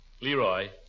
Leroy